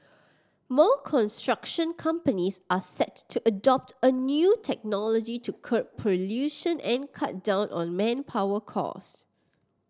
more construction companies are set to adopt a new technology to curb pollution and cut down on manpower costs